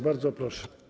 Bardzo proszę.